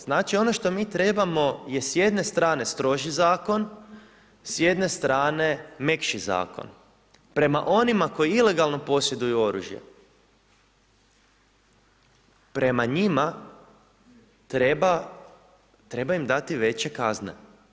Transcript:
Znači ono što mi trebamo je s jedne strane stroži zakon, s jedne strane mekši zakon prema onima koji ilegalno posjeduju oružje, prema njima treba im dati veće kazne.